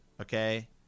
Okay